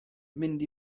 mynd